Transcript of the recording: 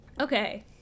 Okay